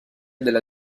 della